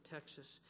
Texas